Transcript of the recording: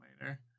later